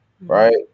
Right